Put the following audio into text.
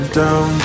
down